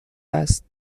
است